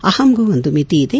ಅಪಂಗೂ ಒಂದು ಮಿತಿ ಇದೆ